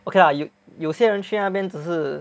okay lah you 有些人去那边只是